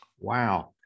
Wow